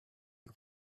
you